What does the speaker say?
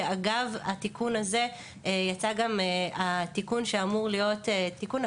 שאגב התיקון הזה יצא גם תיקון עקיף